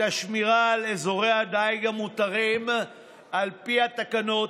השמירה על אזורי הדיג המותרים על פי התקנות,